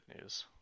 news